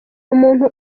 umuntu